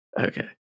Okay